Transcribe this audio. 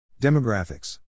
Demographics